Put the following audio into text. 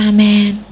Amen